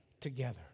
together